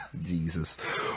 jesus